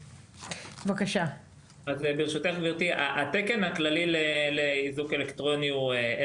בעיקרון החלטת הממשלה נתנה כיווני פתרונות ויש